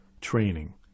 Training